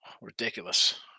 ridiculous